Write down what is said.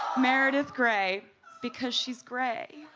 meredith grey because she is grey.